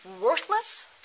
worthless